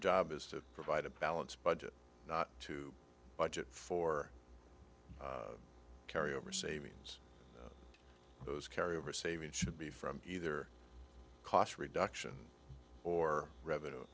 job is to provide a balanced budget to budget for carry over savings those carry over saving should be from either cost reduction or revenue